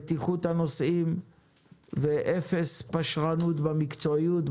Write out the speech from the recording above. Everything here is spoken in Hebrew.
בטיחות הנוסעים ואפס פשרנות במקצועיות,